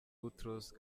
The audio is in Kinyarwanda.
boutros